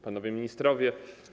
Panowie Ministrowie!